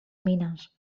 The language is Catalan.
mines